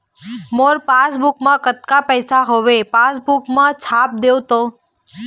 मोर passbook मा कतका पैसा हवे पासबुक मा छाप देव तो?